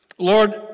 Lord